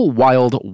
wild